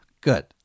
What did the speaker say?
Good